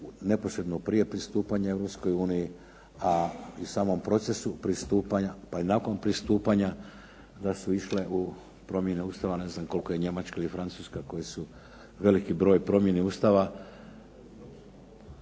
neposredno prije pristupanja Europskoj uniji, a i u samom procesu pristupanja pa i nakon pristupanja da su išle u promjene Ustava, ne znam koliko je Njemačka ili Francuska koje su veliki broj promjena Ustava.